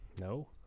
No